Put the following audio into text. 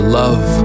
love